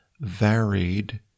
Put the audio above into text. varied